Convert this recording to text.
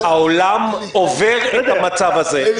העולם עובר את המצב הזה.